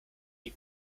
die